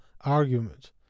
argument